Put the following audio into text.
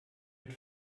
mit